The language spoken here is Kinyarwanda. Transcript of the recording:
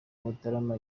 mutarama